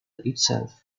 itself